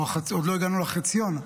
עוד לא הגענו לחציון,